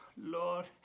Lord